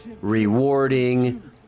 rewarding